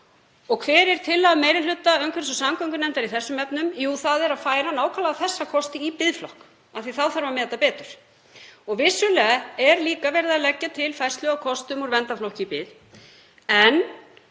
Og hver er tillaga meiri hluta umhverfis- og samgöngunefndar í þessum efnum? Jú, það er að færa nákvæmlega þessa kosti í biðflokk af því að þá þurfi að meta betur. Vissulega er líka verið að leggja til færslu á kostum úr verndarflokki í bið. En